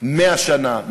100 שנה,